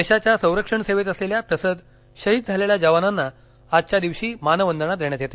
देशाच्या संरक्षण सेवेत असलेल्या तसंच शहीद झालेल्या जवानांना आजच्या दिवशी मानवंदना देण्यात येते